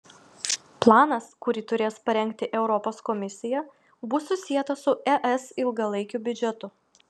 planas kurį turės parengti europos komisija bus susietas su es ilgalaikiu biudžetu